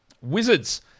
Wizards